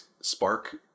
Spark